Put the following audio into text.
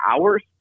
hours